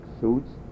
suits